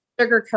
sugarcoat